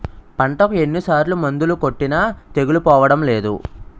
పంటకు ఎన్ని సార్లు మందులు కొట్టినా తెగులు పోవడం లేదు